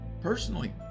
personally